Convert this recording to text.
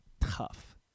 Tough